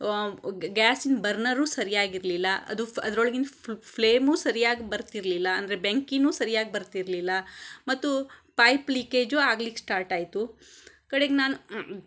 ಗ್ಯಾಸಿಂದ ಬರ್ನರೂ ಸರಿಯಾಗಿರಲಿಲ್ಲ ಅದು ಅದರೊಳಗಿನ ಫ್ಲೇಮೂ ಸರಿಯಾಗಿ ಬರ್ತಿರಲಿಲ್ಲ ಅಂದರೆ ಬೆಂಕಿಯೂ ಸರ್ಯಾಗಿ ಬರ್ತಿರಲಿಲ್ಲ ಮತ್ತು ಪೈಪ್ ಲೀಕೇಜು ಆಗ್ಲಿಕ್ಕೆ ಸ್ಟಾರ್ಟ್ ಆಯಿತು ಕಡೆಗೆ ನಾನು